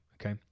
Okay